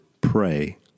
pray